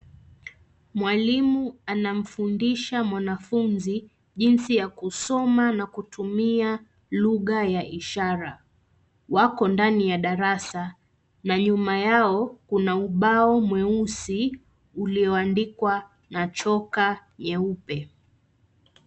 Mwalimu anamfundisha mwanafunzi jinsi ya kusoma na kutumia lugha ya ishara, wako ndani ya darasa na nyuma yao kuna ubao mweusi ulioandikwa na choka nyeupe.